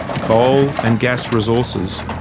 coal and gas resources.